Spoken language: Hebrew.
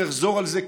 ואחזור על זה כעת: